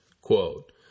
quote